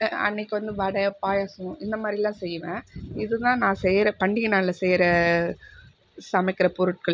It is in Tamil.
அன்னக்கு வந்து வடை பாயசம் இந்த மாதிரியிலாம் செய்வேன் இது தான் நான் செய்யற பண்டிகை நாளில் செய்யற சமைக்கிற பொருட்கள்